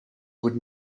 would